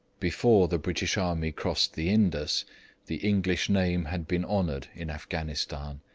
before the british army crossed the indus the english name had been honoured in afghanistan.